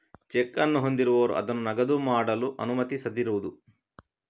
check ಅನ್ನು ಹೊಂದಿರುವವರು ಅದನ್ನು ನಗದು ಮಾಡಲು ಅನುಮತಿಸದಿರುವುದು